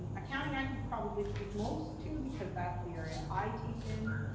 and accounting i can probably speak most to because that's the area i teach in.